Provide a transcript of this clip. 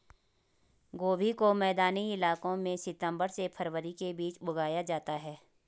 गोभी को मैदानी इलाकों में सितम्बर से फरवरी के बीच उगाया जाता है